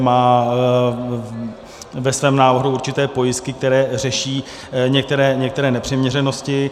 Má ve svém návrhu určité pojistky, které řeší některé nepřiměřenosti.